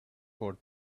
for